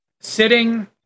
sitting